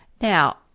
Now